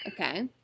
Okay